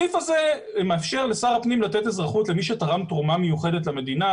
הסעיף הזה מאפשר לשר הפנים לתת אזרחות למי שתרם תרומה מיוחדת למדינה.